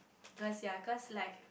cause ya cause like